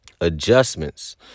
adjustments